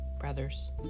brothers